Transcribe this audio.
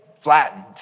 flattened